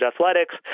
athletics